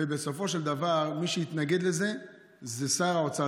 ובסופו של דבר מי שהתנגד לזה הם שר האוצר